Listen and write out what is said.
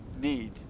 need